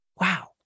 Wow